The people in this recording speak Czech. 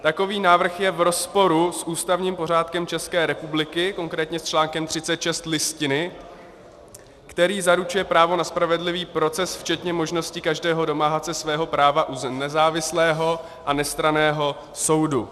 Takový návrh je v rozporu s ústavním pořádkem České republiky, konkrétně s článkem 36 Listiny, který zaručuje právo na spravedlivý proces včetně možnosti každého domáhat se svého práva u nezávislého a nestranného soudu.